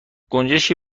گنجشکی